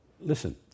Listen